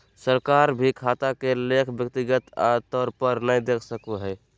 सरकार भी खाता के लेखा व्यक्तिगत तौर पर नय देख सको हय